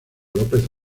lópez